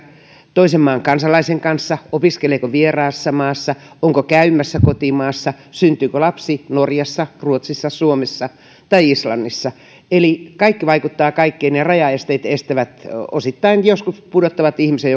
toisen maan kansalaisen kanssa opiskeleeko vieraassa maassa onko käymässä kotimaassa syntyykö lapsi norjassa ruotsissa suomessa tai islannissa eli kaikki vaikuttaa kaikkeen ja rajaesteet osittain estävät joskus jopa pudottavat ihmisen